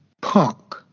punk